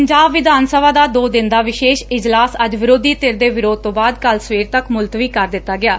ਪੰਜਾਬ ਵਿਧਾਨ ਸਭਾ ਦਾ ਦੋ ਦਿਨ ਦਾ ਵਿਸ਼ੇਸ਼ ਇਜਲਾਸ ਅੱਜ ਵਿਰੋਧੀ ਧਿਰ ਦੇ ਵਿਰੋਧ ਤੋਂ ਬਾਅਦ ਕੱਲ ਸਵੇਰ ਤਕ ਮੁਲਤਵੀ ਕਰ ਦਿੱਤਾ ਗਿਐ